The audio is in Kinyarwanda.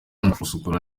gusukura